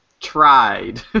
Tried